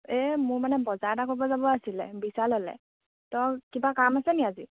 এই মোৰ মানে বজাৰ এটা কৰিব যাব আছিলে বিছাললে ত' কিবা কাম আছে নি আজি